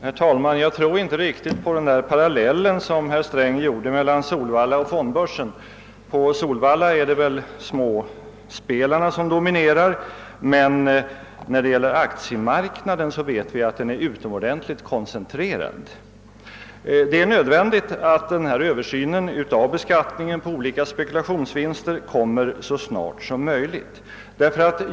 Herr talman! Jag tror inte riktigt på den parallell som herr Sträng gjorde mellan Solvalla och fondbörsen. På Solvalla är det småspelarna som dominerar, medan innehaven på aktiemarknaden är utomordentligt starkt koncentrerade. Det är nödvändigt att översynen av beskattningen på olika spekulationsvins ter kommer så snart som möjligt.